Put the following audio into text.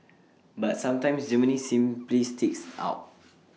but sometimes Germany simply sticks out